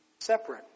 Separate